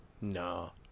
No